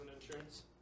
insurance